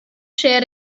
share